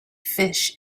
fish